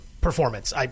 performance